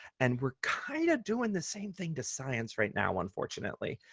and we're kind of doing the same thing to science right now, unfortunately.